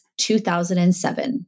2007